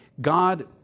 God